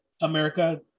America